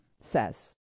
says